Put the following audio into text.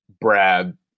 Brad